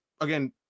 again